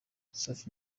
safi